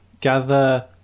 Gather